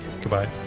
Goodbye